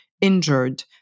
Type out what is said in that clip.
injured